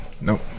nope